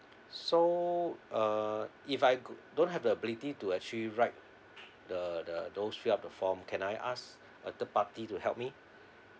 so uh if I could don't have the ability to actually write the the those fill up the form can I ask a third party to help me